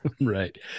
Right